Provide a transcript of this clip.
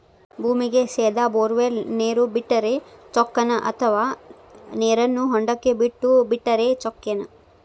ಭೂಮಿಗೆ ಸೇದಾ ಬೊರ್ವೆಲ್ ನೇರು ಬಿಟ್ಟರೆ ಚೊಕ್ಕನ ಅಥವಾ ನೇರನ್ನು ಹೊಂಡಕ್ಕೆ ಬಿಟ್ಟು ಬಿಟ್ಟರೆ ಚೊಕ್ಕನ?